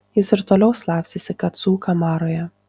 jis ir toliau slapstėsi kacų kamaroje